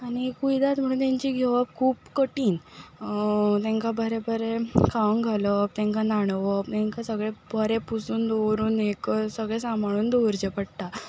आनी कुयदाद म्हणून तेंची घेवप खूब कठीण तेंकां बरें बरें खावूंक घालप तेंकां न्हाणवप तेंकां सगळें बरें पुसून दवरून हें कर सगळें सांबाळून दवरचें पडटा